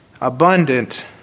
Abundant